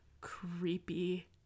creepy